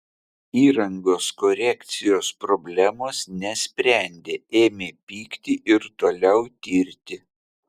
įrangos korekcijos problemos nesprendė ėmė pykti ir toliau tirti